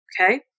Okay